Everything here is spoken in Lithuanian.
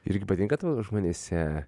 irgi patinka tau žmonėse